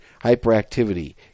hyperactivity